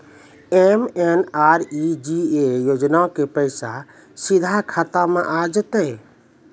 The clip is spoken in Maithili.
एम.एन.आर.ई.जी.ए योजना के पैसा सीधा खाता मे आ जाते?